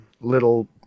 little